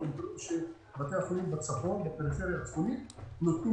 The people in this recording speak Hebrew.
תראו שבתי החולים בפריפריה הצפונית נותנים